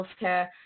healthcare